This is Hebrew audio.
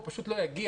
הוא פשוט לא יגיע.